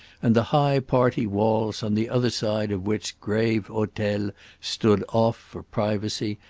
and the high party-walls, on the other side of which grave hotels stood off for privacy,